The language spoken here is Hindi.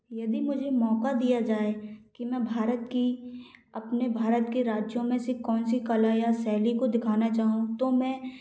यदि मुझे मौका दिया जाए कि मैं भारत की अपने भारत के राज्यों में से कौन सी कला या शैली को दिखाना चाहूँ तो मैं